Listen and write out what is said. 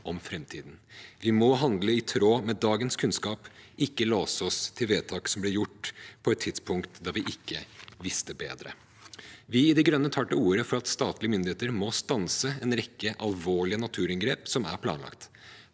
om framtiden. Vi må handle i tråd med dagens kunnskap, ikke låse oss til vedtak som ble gjort på et tidspunkt da vi ikke visste bedre. Vi i De Grønne tar til orde for at statlige myndigheter må stanse en rekke alvorlige naturinngrep som er planlagt,